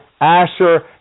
Asher